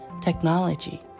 technology